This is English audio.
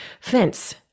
fence